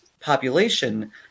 population